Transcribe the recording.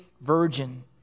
virgin